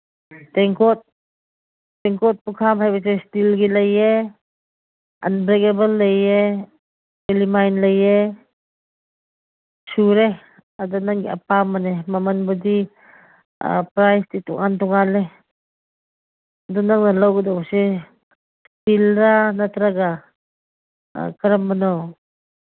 ꯇꯦꯡꯀꯣꯠ ꯇꯦꯡꯀꯣꯠ ꯄꯨꯈꯝ ꯍꯥꯏꯕꯁꯦ ꯏꯁꯇꯤꯜꯒꯤ ꯂꯩꯌꯦ ꯑꯟꯕ꯭ꯔꯦꯛꯑꯦꯕꯜ ꯂꯩꯌꯦ ꯀꯦꯂꯤꯃꯥꯏꯟ ꯂꯩꯌꯦ ꯁꯨꯔꯦ ꯑꯗꯨ ꯅꯪꯒꯤ ꯑꯄꯥꯝꯕꯅꯦ ꯃꯃꯟꯕꯨꯗꯤ ꯄ꯭ꯔꯥꯏꯁꯇꯤ ꯇꯣꯉꯥꯟ ꯇꯣꯉꯥꯜꯂꯦ ꯑꯗꯣ ꯅꯪ ꯂꯧꯒꯗꯕꯁꯦ ꯏꯁꯇꯤꯜꯂ ꯅꯠꯇ꯭ꯔꯒ ꯀꯔꯝꯕꯅꯣ